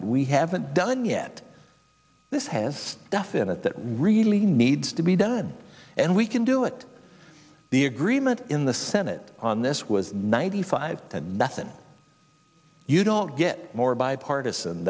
that we haven't done yet this has nothing in it that really needs to be done and we can do it the agreement in the senate on this was ninety five and nothing you don't get more bipartisan